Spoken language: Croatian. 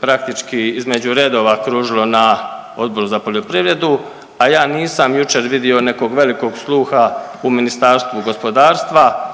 praktički između redova kružilo na Odboru za poljoprivredu, a ja nisam jučer vidio nekog velikog sluha u Ministarstvu gospodarstva